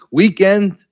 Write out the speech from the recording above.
weekend